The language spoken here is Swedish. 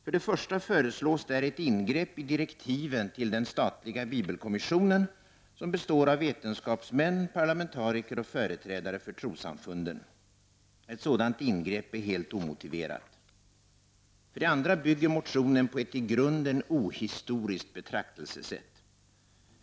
För det första föreslås där ett ingrepp i direktiven till den statliga bibelkommissionen, som består av parlamentariker, vetenskapsmän och företrädare för trossamfund. Ett sådant ingrepp är helt omotiverat. För det andra bygger motionen på ett i grunden ohistoriskt betraktelsesätt.